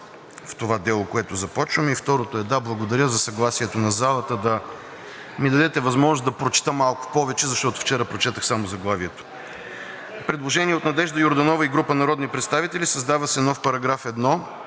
в това дело, което започваме. И второто е – да, благодаря за съгласието на залата да ми дадете възможност да прочета малко повече, защото вчера прочетох само заглавието. Предложение от Надежда Йорданова и група народни представители: „Създава се нов § 1: § 1.